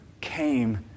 came